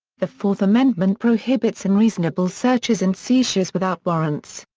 the fourth amendment prohibits unreasonable searches and seizures without warrants.